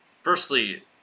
Firstly